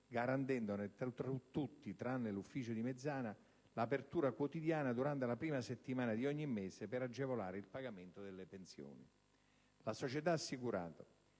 garantendone (tranne l'ufficio di Mezzana) tuttavia l'apertura quotidiana durante la prima settimana di ogni mese, per agevolare il pagamento delle pensioni. La società ha assicurato